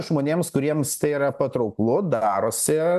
žmonėms kuriems tai yra patrauklu darosi